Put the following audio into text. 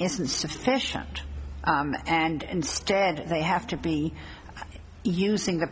isn't sufficient and instead they have to be using the